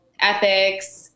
ethics